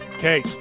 Okay